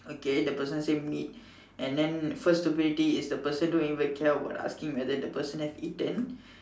okay the person say meet and then first stupidity is the person don't even care about asking whether the person has eaten